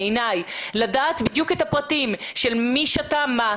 בעיניי לדעת בדיוק את הפרטים של מי שתה מה,